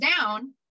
down